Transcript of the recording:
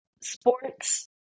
sports